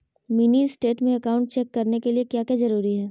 Mini state में account check करने के लिए क्या क्या जरूरी है?